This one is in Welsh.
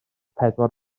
pedwar